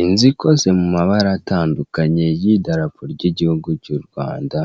Inzu ikoze mu mabara atandukanye y' idarapo ry'igihugu cy' u Rwanda